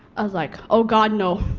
i was like oh god no.